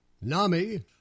NAMI